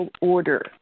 order